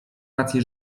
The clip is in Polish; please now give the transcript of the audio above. rację